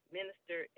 minister